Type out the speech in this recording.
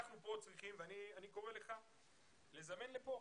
אני קורא לך לזמן לכאן,